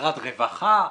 משרד רווחה,